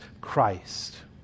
Christ